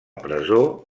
presó